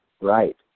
Right